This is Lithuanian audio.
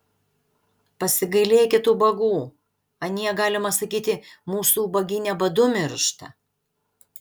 pasigailėkit ubagų anie galima sakyti mūsų ubagyne badu miršta